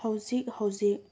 ꯍꯧꯖꯤꯛ ꯍꯧꯖꯤꯛ